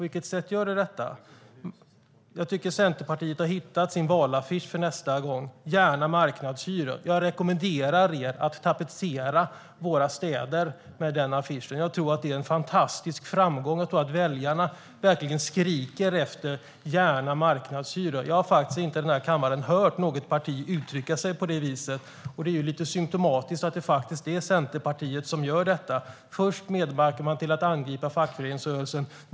Jag tycker att Centerpartiet har hittat sin valaffisch för nästa val: Gärna marknadshyror! Jag rekommenderar er att tapetsera våra städer med den affischen. Det blir en fantastisk framgång. Jag tror att väljarna verkligen skriker: Gärna marknadshyror! Jag har inte här i kammaren hört något parti uttrycka sig på det viset. Det är lite symtomatiskt att det är Centerpartiet som gör så. Först medverkar man till att angripa fackföreningsrörelsen.